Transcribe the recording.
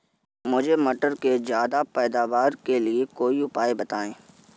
मुझे मटर के ज्यादा पैदावार के लिए कोई उपाय बताए?